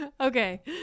okay